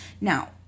Now